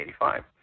1985